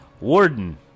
Warden